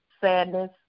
sadness